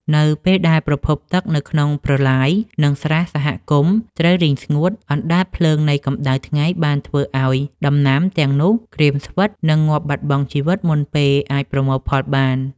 នៅពេលដែលប្រភពទឹកនៅក្នុងប្រឡាយ និងស្រះសហគមន៍ត្រូវរីងស្ងួត អណ្ដាតភ្លើងនៃកម្ដៅថ្ងៃបានធ្វើឱ្យដំណាំទាំងនោះក្រៀមស្វិត និងងាប់បាត់បង់ជីវិតមុនពេលអាចប្រមូលផលបាន។